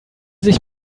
sich